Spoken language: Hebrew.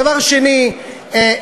דבר שני,